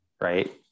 right